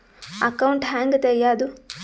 Account ಹ್ಯಾಂಗ ತೆಗ್ಯಾದು?